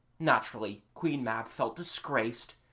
naturally queen mab felt disgraced,